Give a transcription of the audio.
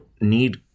need